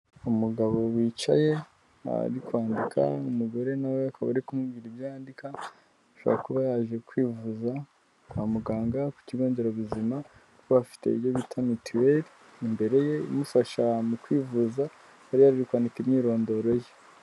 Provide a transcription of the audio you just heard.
Umugabo wicaye, nta ari kwandika, umugore nawe we akaba ari kumubwira ibyo yandika, ashobora kuba yaje kwivuza, kwa muganga ku kigo nderabuzima, kuko afite ibyo bita mituweri, imbere ye ifasha mu kwivuza, yari ari kwandika imyirondoro ye.